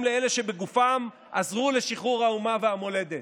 לאלה שבגופם עזרו לשחרור האומה והמולדת".